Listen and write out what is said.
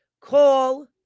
Call